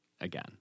again